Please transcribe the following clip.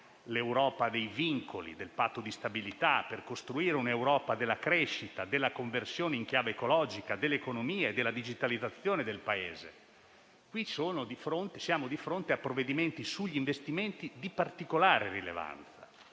l'Europa dei vincoli e del Patto di stabilità, per costruire un'Europa della crescita e della conversione in chiave ecologica, dell'economia e della digitalizzazione del Paese. Ma soprattutto siamo di fronte a provvedimenti sugli investimenti di particolare rilevanza,